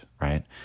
right